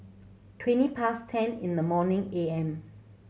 twenty past ten in the morning A M